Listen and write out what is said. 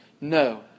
No